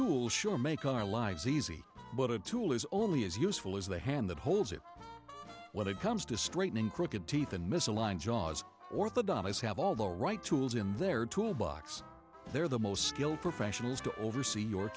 tools sure make our lives easy but a tool is only as useful as the hand that holds it when it comes to straightening crooked teeth and misaligned jaws orthodoxies have all the right tools in their tool box they're the most skilled professionals to oversee